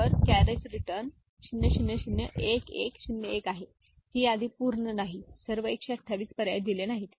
तर carriage return 0 0 0 1 1 0 1 आहे ही यादी पूर्ण नाही सर्व 128 पर्याय दिले नाहीत